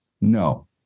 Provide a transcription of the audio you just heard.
no